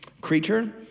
creature